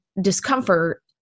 discomfort